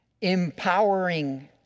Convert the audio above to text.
Empowering